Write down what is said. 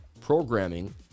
programming